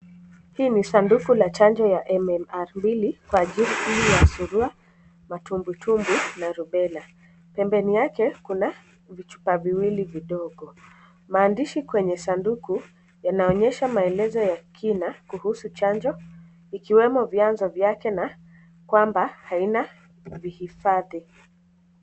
Hii ni sanduku ya chanjo ya MMR mbili kwa ajili ya Surua, matubwitubwi na Rubella. Pembeni yake kuna vichupa viwili vidogo. Maandishi kwenye sanduku yanaonyesha maelezo ya kina kuhusu Chanjo ikiwemo vyanzo vyake na kwamba haina uhifadhi.